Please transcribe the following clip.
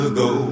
go